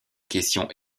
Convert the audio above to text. questions